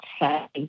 say